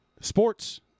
sports